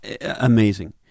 Amazing